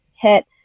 hit